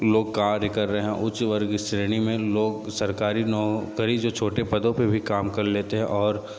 लोग कार्य कर रहे हैं उच्च वर्ग श्रेणी में लोग सरकारी नौकरी जो छोटे पदों पे भी काम कर लेते है और